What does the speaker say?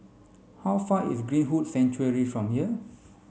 how far is Greenwood Sanctuary from here